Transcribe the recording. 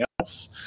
else